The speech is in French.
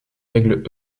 règles